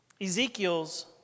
Ezekiel's